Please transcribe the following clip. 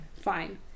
fine